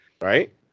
Right